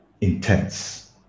intense